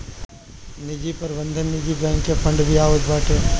निवेश प्रबंधन निजी बैंक के फंड भी आवत बाटे